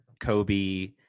Kobe